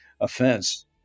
offense